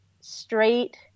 straight